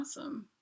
awesome